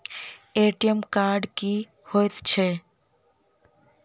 ATM card की हएत छै?